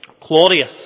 Claudius